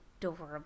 adorable